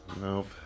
nope